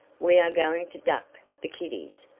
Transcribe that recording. we are going to duck the kiddies.